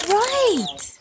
right